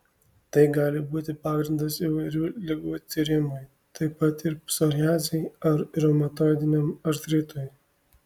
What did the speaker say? tai gali būti pagrindas įvairių ligų tyrimui taip pat ir psoriazei ar reumatoidiniam artritui